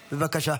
בבקשה.